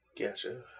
Gotcha